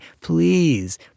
please